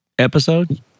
episode